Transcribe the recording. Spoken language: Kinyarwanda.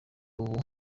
ubu